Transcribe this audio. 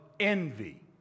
Envy